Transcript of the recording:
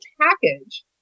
package